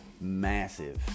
massive